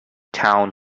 town